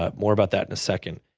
ah more about that in a second.